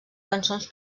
cançons